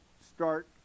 start